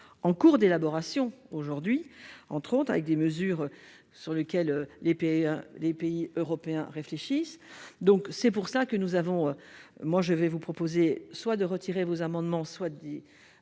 en cours d'élaboration, aujourd'hui, entre autres, avec des mesures sur lequel les pays, les pays européens réfléchissent donc c'est pour ça que nous avons, moi je vais vous proposer soit de retirer vos amendements soit dit